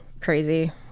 crazy